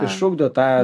išugdo tą